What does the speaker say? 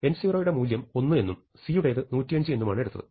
n0 യുടെ മൂല്യം 1 എന്നും c യുടേത് 105 എന്നുമാണ് എടുത്തത്